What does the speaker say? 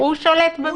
הוא שולט באירוע.